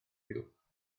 buwch